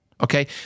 Okay